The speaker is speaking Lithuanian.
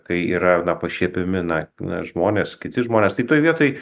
kai yra na pašiepiami na na žmonės kiti žmonės tai toj vietoj